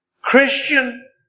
Christian